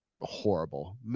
horrible